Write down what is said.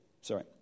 Sorry